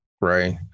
right